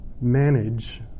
manage